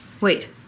Wait